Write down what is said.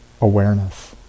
awareness